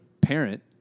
parent